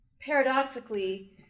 Paradoxically